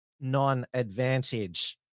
non-advantage